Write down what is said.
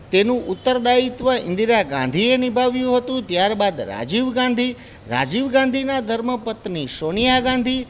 તેનું ઉત્તરદાયિત્વ ઇન્દિરા ગાંધીએ નિભાવ્યું હતું ત્યારબાદ રાજીવ ગાંધી રાજીવ ગાંધીના ધર્મ પત્ની સોનિયા ગાંધી